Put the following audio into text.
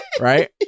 right